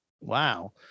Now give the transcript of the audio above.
Wow